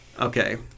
Okay